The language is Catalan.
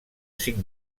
cinc